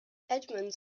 edmonds